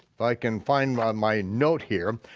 if i can find my my note here.